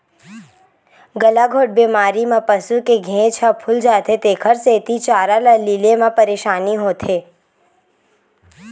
गलाघोंट बेमारी म पसू के घेंच ह फूल जाथे तेखर सेती चारा ल लीले म परसानी होथे